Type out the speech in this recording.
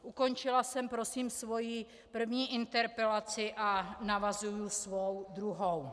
Ukončila jsem prosím svoji první interpelaci a navazuji svou druhou.